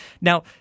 Now